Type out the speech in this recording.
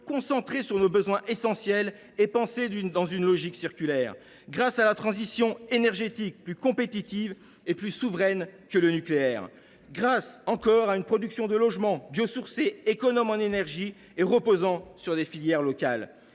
concentrée sur nos besoins essentiels et pensée dans une logique circulaire ; grâce à la transition énergétique, plus compétitive et plus souveraine que le nucléaire ; grâce à une production de logement biosourcés, économes en énergie et reposant sur des filières locales.